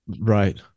Right